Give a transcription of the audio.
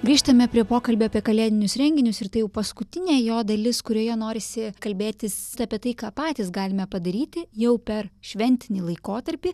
grįžtame prie pokalbio apie kalėdinius renginius ir tai jau paskutinė jo dalis kurioje norisi kalbėtis apie tai ką patys galime padaryti jau per šventinį laikotarpį